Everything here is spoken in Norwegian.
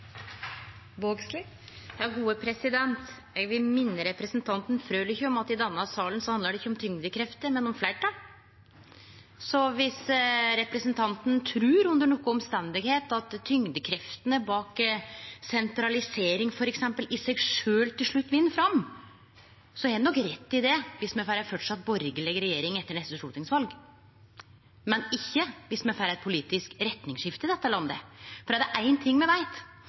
Eg vil minne representanten Frølich om at i denne salen handlar det ikkje om tyngdekrefter, men om fleirtal. Så viss representanten under nokon omstende trur at tyngdekreftene bak sentralisering, f.eks., i seg sjølv til slutt vinn fram, har han nok rett i det viss me framleis har ei borgarleg regjering etter neste stortingsval, men ikkje viss me får eit politisk retningsskifte i dette landet. For er det éin ting me veit,